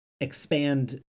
expand